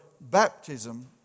baptism